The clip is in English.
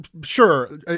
sure